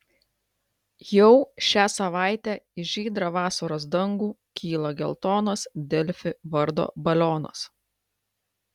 jau šią savaitę į žydrą vasaros dangų kyla geltonas delfi vardo balionas